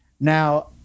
Now